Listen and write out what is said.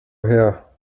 her